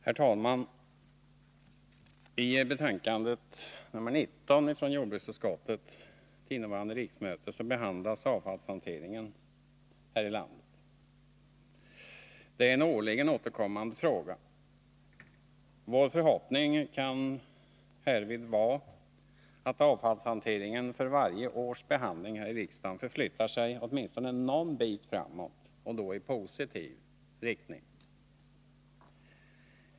Herr talman! I betänkandet nr 19 från jordbruksutskottet till innevarande riksmöte behandlas avfallshanteringen här i landet. Det är en årligen återkommande fråga. Vår förhoppning kan härvid vara att avfallshanteringen för varje års behandling här i riksdagen flyttar sig en bit framåt och då i positiv riktning.